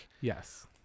Yes